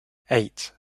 eight